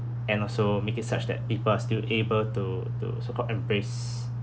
and also make it such that people are still able to to so-called embrace